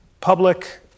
public